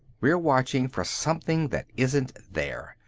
we're watching for something that isn't there.